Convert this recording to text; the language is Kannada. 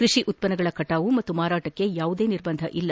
ಕೈಷಿ ಉತ್ತನ್ನಗಳ ಕಟಾವು ಮತ್ತು ಮಾರಾಟಕ್ಕೆ ಯಾವುದೇ ನಿರ್ಬಂಧವಿಲ್ಲ